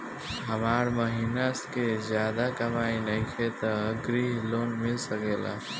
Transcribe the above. हमर महीना के ज्यादा कमाई नईखे त ग्रिहऽ लोन मिल सकेला?